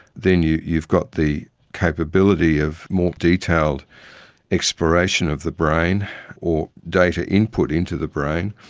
then you've you've got the capability of more detailed exploration of the brain or data input into the brain,